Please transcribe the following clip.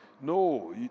No